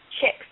chicks